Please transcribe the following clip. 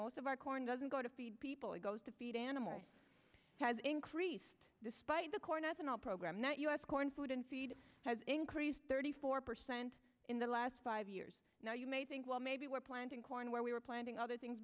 most of our corn doesn't go to feed people it goes to feed animals has increased despite the corn ethanol program that u s corn food in feed has increased thirty four percent in the last five years now you may think well maybe we're planting corn where we are planting other things